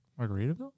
margaritaville